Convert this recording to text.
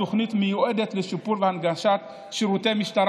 התוכנית מיועדת לשיפור והנגשת שירותי משטרה